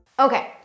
Okay